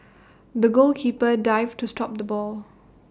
the goalkeeper dived to stop the ball